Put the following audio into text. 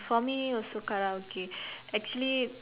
for me also Karaoke actually